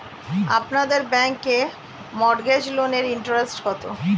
আপনাদের ব্যাংকে মর্টগেজ লোনের ইন্টারেস্ট কত?